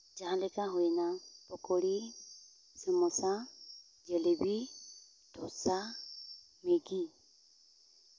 ᱡᱟᱦᱟᱸ ᱞᱮᱠᱟ ᱦᱩᱭᱱᱟ ᱯᱚᱠᱚᱲᱤ ᱥᱚᱢᱚᱥᱟ ᱡᱮᱞᱮᱵᱤ ᱰᱷᱚᱥᱟ ᱢᱮᱜᱤ